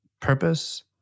purpose